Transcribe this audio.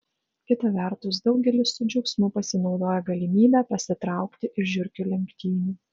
kita vertus daugelis su džiaugsmu pasinaudoja galimybe pasitraukti iš žiurkių lenktynių